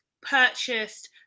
purchased